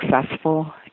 successful